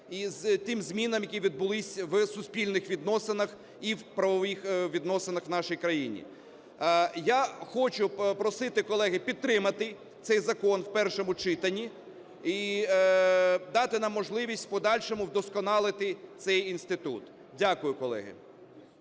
тим змінам, які відбулись у суспільних відносинах і в правових відносинах у нашій країні. Я хочу просити, колеги, підтримати цей закон у першому читанні і дати нам можливість в подальшому вдосконалити цей інститут. Дякую, колеги.